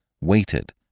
waited